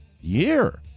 year